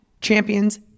champions